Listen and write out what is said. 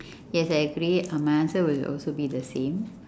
yes I agree uh my answer will also be the same